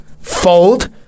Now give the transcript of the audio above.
fold